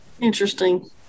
Interesting